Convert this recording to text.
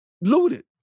Looted